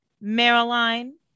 Marilyn